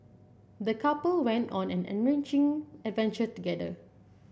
the couple went on an enriching adventure together